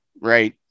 right